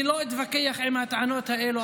אני לא אתווכח עם הטענות האלו,